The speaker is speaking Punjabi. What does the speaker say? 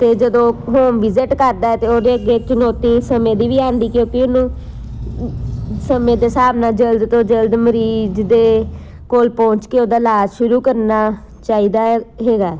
ਅਤੇ ਜਦੋਂ ਹੋਮ ਵਿਜਿਟ ਕਰਦਾ ਤਾਂ ਉਹਦੇ ਅੱਗੇ ਚੁਣੌਤੀ ਸਮੇਂ ਦੀ ਵੀ ਆਉਂਦੀ ਕਿਉਂਕਿ ਉਹਨੂੰ ਸਮੇਂ ਦੇ ਹਿਸਾਬ ਨਾਲ ਜਲਦ ਤੋਂ ਜਲਦ ਮਰੀਜ਼ ਦੇ ਕੋਲ ਪਹੁੰਚ ਕੇ ਉਹਦਾ ਇਲਾਜ ਸ਼ੁਰੂ ਕਰਨਾ ਚਾਹੀਦਾ ਹੈ ਹੈਗਾ